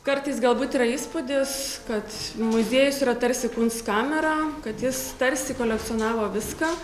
kartais galbūt yra įspūdis kad muziejus yra tarsi kunstkamera kad jis tarsi kolekcionavo viską